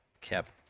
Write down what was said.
kept